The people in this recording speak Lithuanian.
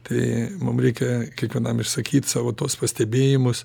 tai mum reikia kiekvienam išsakyt savo tuos pastebėjimus